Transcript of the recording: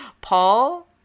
Paul